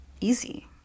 easy